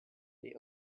they